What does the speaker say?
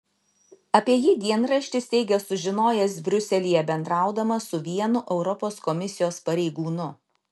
apie jį dienraštis teigia sužinojęs briuselyje bendraudamas su vienu europos komisijos pareigūnu